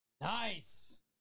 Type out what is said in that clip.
Nice